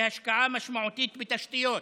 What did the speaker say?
להשקעה משמעותית בתשתיות,